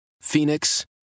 Phoenix